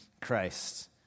Christ